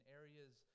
areas